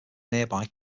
nearby